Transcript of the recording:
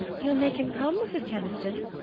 you'll make him come, mrs. keniston?